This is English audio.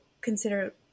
consider